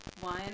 one